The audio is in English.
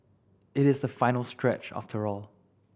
it is the final stretch after all